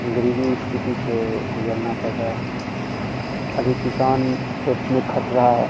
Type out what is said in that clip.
गरीबी स्थिति से गुज़रना पड़ रहा है अभी किसान खेत में तप रहा है